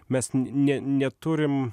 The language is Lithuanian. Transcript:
mes ne neturim